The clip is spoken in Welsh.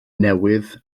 newydd